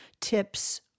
tips